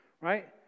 right